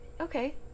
Okay